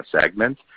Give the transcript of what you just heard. segment